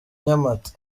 nyamata